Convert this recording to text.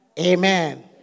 Amen